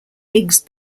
higgs